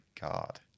God